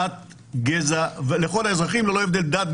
ללא הבדל דת,